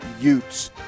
Utes